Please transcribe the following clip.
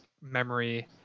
memory